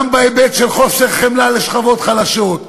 גם בהיבט של חוסר חמלה לשכבות חלשות,